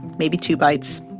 maybe two bites.